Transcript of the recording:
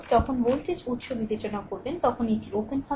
যখন ভোল্টেজ উৎস বিবেচনা করবেন তখন এটি ওপেন হবে